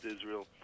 Israel